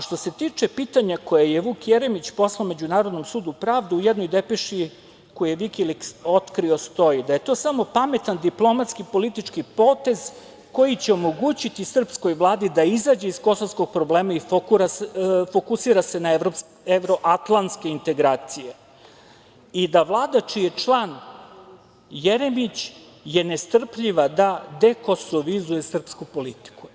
Što se tiče pitanja koje je Vuk Jeremić poslao Međunarodnom sudu pravde, u jednoj depeši koju je Vikiliks otkrio stoji da je to samo pametan, diplomatski, politički potez koji će omogućiti srpskoj Vladi da izađe iz kosovskog problema i fokusira se na evroatlantske integracije i da Vlada čiji je član Jeremić je nestrpljiva da dekosovizuje srpsku politiku.